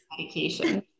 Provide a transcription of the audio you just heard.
medication